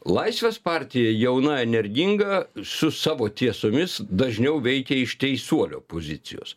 laisvės partija jauna energinga su savo tiesomis dažniau veikia iš teisuolio pozicijos